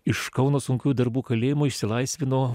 iš kauno sunkiųjų darbų kalėjimo išsilaisvino